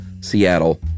Seattle